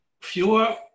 fewer